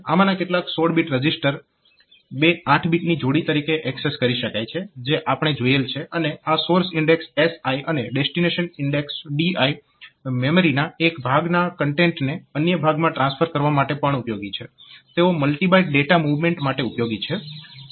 આમાંના કેટલાક 16 bit register બે 8 બીટની જોડી તરીકે એક્સેસ કરી શકાય છે જે આપણે જોયેલ છે અને આ સોર્સ ઇન્ડેક્સ SI અને ડેસ્ટીનેશન ઇન્ડેક્સ DI મેમરીના એક ભાગના કન્ટેન્ટને અન્ય ભાગમાં ટ્રાન્સફર કરવા માટે પણ ઉપયોગી છે તેઓ મલ્ટી બાઇટ ડેટા મૂવમેન્ટ માટે ઉપયોગી છે